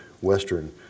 Western